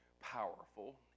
powerful